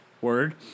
word